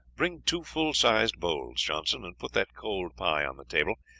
bring two full sized bowls, johnson, and put that cold pie on the table,